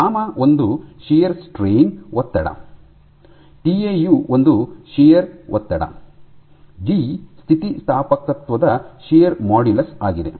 gamma ಒಂದು shear strain ಒತ್ತಡ TAU ಒಂದು ಶಿಯರ್ ಒತ್ತಡ ಜಿ ಸ್ಥಿತಿಸ್ಥಾಪಕತ್ವದ ಶಿಯರ್ ಮಾಡ್ಯುಲಸ್ ಆಗಿದೆ